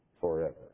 forever